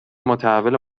متحول